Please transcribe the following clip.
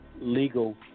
legal